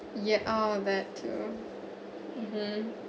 yeah out of that too mmhmm